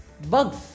Bugs